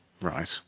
Right